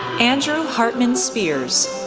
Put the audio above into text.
andrew hartman speirs,